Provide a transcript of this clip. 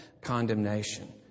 condemnation